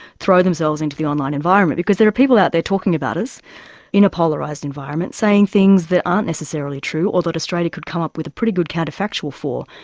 throw themselves into the online environment, because there are people out there talking about us in a polarised environment, saying things that aren't necessarily true or that australia could come up with a pretty good counterfactual for,